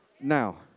now